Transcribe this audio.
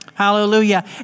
hallelujah